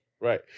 Right